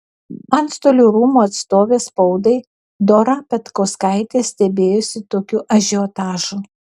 antstolių rūmų atstovė spaudai dora petkauskaitė stebėjosi tokiu ažiotažu